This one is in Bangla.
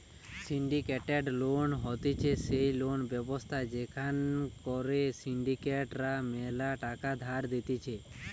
সিন্ডিকেটেড লোন হতিছে সেই লোন ব্যবস্থা যেখান করে সিন্ডিকেট রা ম্যালা টাকা ধার দিতেছে